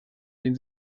den